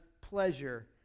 pleasure